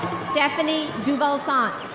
stephanie duvalsaint.